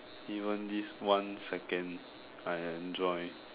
even this one second I enjoy